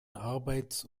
arbeits